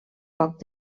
poc